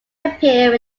appear